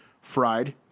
fried